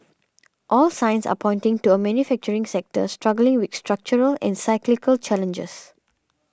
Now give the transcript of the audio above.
all signs are pointing to a manufacturing sector struggling with structural and cyclical challenges